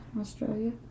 Australia